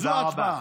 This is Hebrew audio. זו ההצבעה.